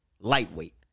lightweight